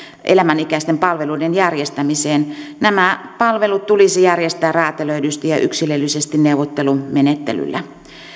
elämänikäisten palveluiden järjestämiseen nämä palvelut tulisi järjestää räätälöidysti ja yksilöllisesti neuvottelumenettelyllä